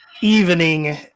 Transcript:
evening